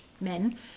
men